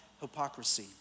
hypocrisy